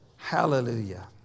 Hallelujah